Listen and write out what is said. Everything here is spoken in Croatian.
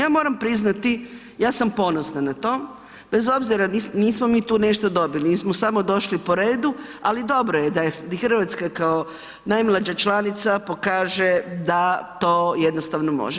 Ja moram priznati, ja sam ponosna na to, bez obzira, nismo mi tu nešto dobili, mi smo samo došli po redu, ali dobro je da je Hrvatska kao najmlađa članica pokaže da to jednostavno može.